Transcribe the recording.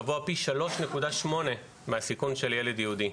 גבוה פי 3.8 מהסיכון של ילד יהודי.